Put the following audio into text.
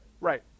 Right